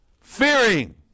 fearing